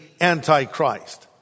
Antichrist